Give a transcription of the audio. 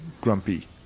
grumpy